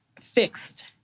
fixed